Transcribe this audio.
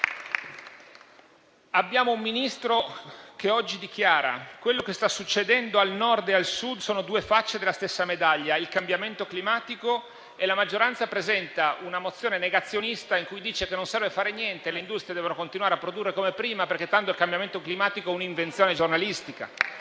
Abbiamo un Ministro che oggi dichiara che quello che sta succedendo al Nord e al Sud sono due facce della stessa medaglia - il cambiamento climatico - e la maggioranza presenta una mozione negazionista in cui dice che non serve fare niente: le industrie devono continuare a produrre come prima, perché tanto il cambiamento climatico è un'invenzione giornalistica.